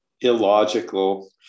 illogical